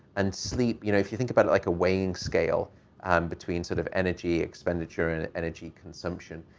and sleep, you know, if you think about like a weighing scale um between sort of energy expenditure and energy consumption,